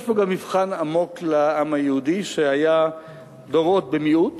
יש פה גם מבחן עמוק לעם היהודי, שהיה דורות במיעוט